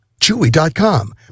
Chewy.com